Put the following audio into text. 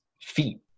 feet